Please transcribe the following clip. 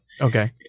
Okay